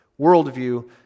worldview